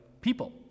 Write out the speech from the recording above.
people